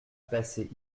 passé